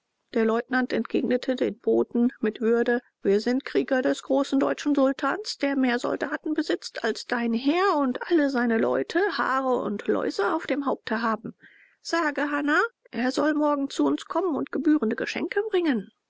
der leutnant entgegnete den boten mit würde wir sind krieger des großen deutschen sultans der mehr soldaten besitzt als dein herr und alle seine leute haare und läuse auf dem haupte haben sage hanna er soll morgen zu uns kommen und gebührende geschenke bringen